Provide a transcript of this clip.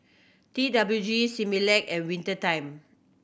T W G Similac and Winter Time